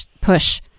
push